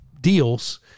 deals